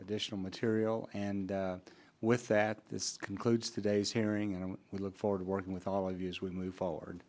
additional material and with that this concludes today's hearing and we look forward to working with all of you as we move forward